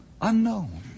unknown